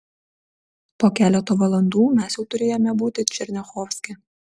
po keleto valandų mes jau turėjome būti černiachovske